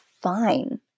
fine